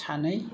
सानै